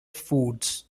foods